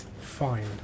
fine